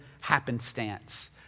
happenstance